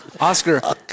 Oscar